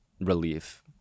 relief